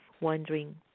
wondering